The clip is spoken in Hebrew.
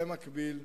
במקביל,